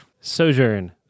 sojourn